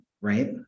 Right